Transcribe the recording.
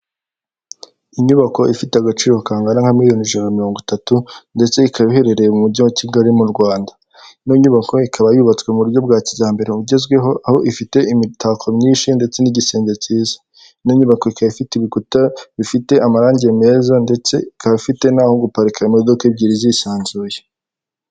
Inyubako ifite agaciro kangana nka miliyoni mirongo itatu ndetse ikaba iherereye mu mujyi wa Kigali mu Rwanda, ino nyubako ikaba yubatswe mu buryo bwa kijyambere bugezweho, aho ifite imitako myinshi ndetse n'igisenge cyiza. Ino nyubako ikaba ifite ibikuta bifite amarangi meza ndetse ikaba ifite na aho guparika imodoka ebyiri zisanzuye.